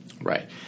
Right